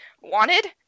wanted